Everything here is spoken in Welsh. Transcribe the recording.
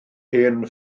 hen